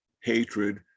hatred